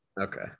Okay